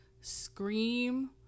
Scream